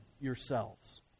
yourselves